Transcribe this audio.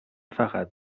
فقط